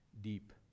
deep